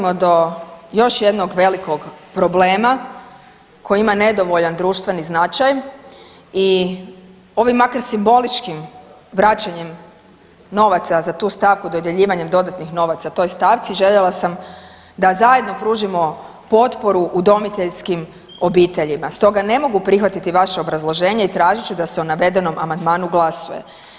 Dolazimo do još jednog velikog problema koji ima nedovoljan društveni značaj i ovim makar simboličkim vraćanjem novaca za tu stavku dodjeljivanjem dodatnih novaca toj stavci, željela sam da zajedno pružimo potporu udomiteljskim obiteljima, stoga ne mogu prihvatiti vaše obrazloženje i tražit ću da se o navedenom Amandmanu glasuje.